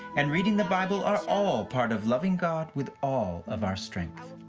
and reading the bible are all part of loving god with all of our strength.